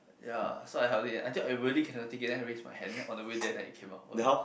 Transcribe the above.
ya so I held it in until I really cannot take it then I raise my hand then way there then I came out for the